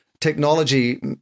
technology